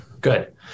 Good